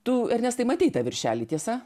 tu ernestai matei tą viršelį tiesa